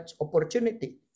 opportunity